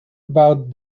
about